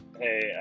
hey